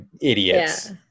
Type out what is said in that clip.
idiots